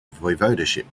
voivodeship